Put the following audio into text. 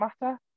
matter